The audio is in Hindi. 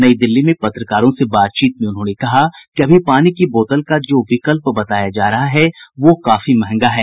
नई दिल्ली में पत्रकारों से बातचीत में उन्होंने कहा कि अभी पानी की बोतल का जो विकल्प बताया जा रहा है वो काफी मंहगा है